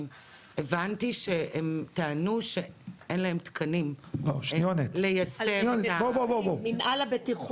הבנתי שהם טענו שאין להם תקנים ליישם את --- תעצרו,